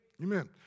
Amen